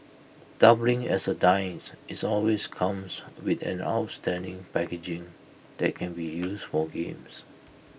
doubling as A dice its always comes with an outstanding packaging that can be used for games